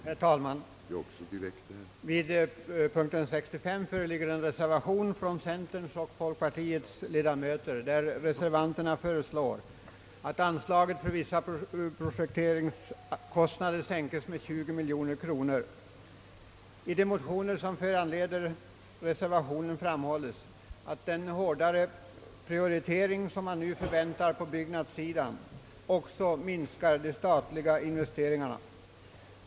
Herr talman! Vid punkten 65 föreligger en reservation av centerns och folkpartiets ledamöter, i vilken föreslås att anslaget för vissa projekteringskostnader skall sänkas med 20 miljoner. hårdare prioritering som nu förväntas på byggnadssidan också minskar de statliga investeringarna.